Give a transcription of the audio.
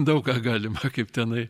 daug ką galima kaip tenai